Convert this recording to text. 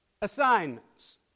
assignments